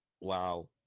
Wow